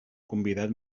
convidat